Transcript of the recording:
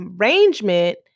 arrangement